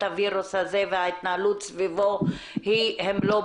הווירוס הזה וההתנהלות סביבו הם לא ברורים,